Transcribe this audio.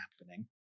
happening